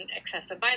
excessive